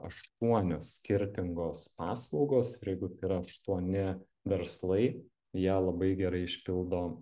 aštuonios skirtingos paslaugos ir jeigu tai yra aštuoni verslai jie labai gerai išpildo